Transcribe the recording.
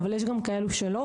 אבל יש גם כאלו שלא,